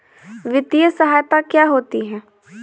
वित्तीय सहायता क्या होती है?